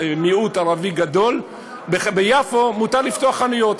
מיעוט ערבי גדול, מותר לפתוח חנויות.